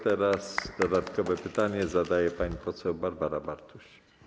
Teraz dodatkowe pytanie zadaje pani poseł Barbara Bartuś.